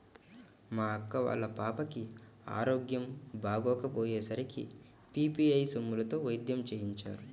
మా అక్క వాళ్ళ పాపకి ఆరోగ్యం బాగోకపొయ్యే సరికి పీ.పీ.ఐ సొమ్ములతోనే వైద్యం చేయించారు